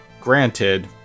Granted